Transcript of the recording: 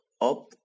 up